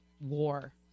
war